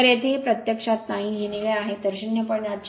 तर येथे हे प्रत्यक्षात नाही हे निळे आहे तर 0